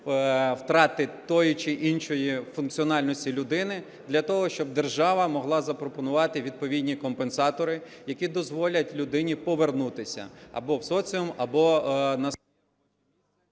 втрати тої чи іншої функціональності людини для того, щоб держава могла запропонувати відповідні компенсатори, які дозволять людині повернутися або в соціум, або на...